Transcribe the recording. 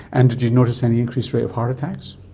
and did you notice any increased rate of heart attacks,